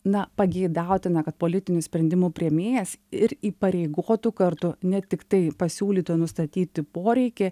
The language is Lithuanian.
na pageidautina kad politinių sprendimų priėmėjas ir įpareigotų kartu ne tiktai pasiūlyti nustatyti poreikį